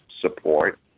support